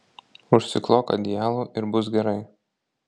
užsiklok adijalu ir bus gerai